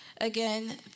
Again